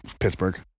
pittsburgh